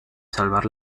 salvar